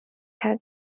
had